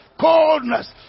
coldness